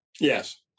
yes